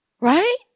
Right